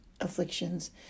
afflictions